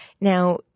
Now